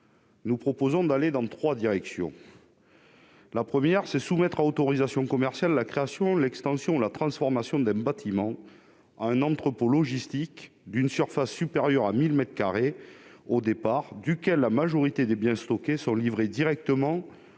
Nous proposons d'avancer dans trois directions. La première, c'est de soumettre à autorisation d'exploitation commerciale la création, l'extension ou la transformation d'un bâtiment en entrepôt logistique d'une surface supérieure à 1 000 mètres carrés, au départ duquel la majorité des biens stockés sont livrés directement, ou indirectement